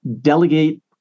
delegate